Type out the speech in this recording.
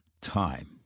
time